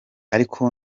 ariko